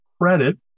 credit